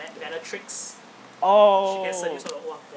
oh